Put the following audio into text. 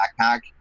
backpack